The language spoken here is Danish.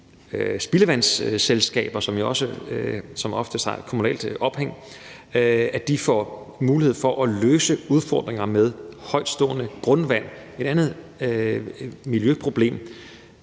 spildevandsselskaber, som som oftest har et kommunalt ophæng, og at de får mulighed for at løse udfordringer med højtstående grundvand, som er et andet miljøproblem.